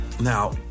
now